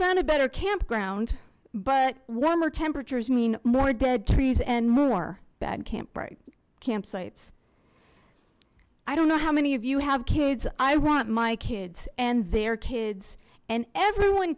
found a better campground but warmer temperatures mean more dead trees and more bad camp right campsites i don't know how many of you have kids i want my kids and their kids and everyone